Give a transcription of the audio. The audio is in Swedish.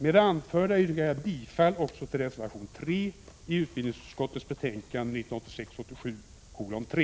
Med det anförda yrkar jag bifall också till reservation 3 i utbildningsutskottets betänkande 1986/87:3.